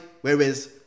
whereas